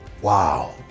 Wow